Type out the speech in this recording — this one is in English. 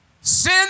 sin